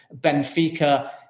Benfica